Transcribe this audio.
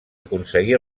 aconseguí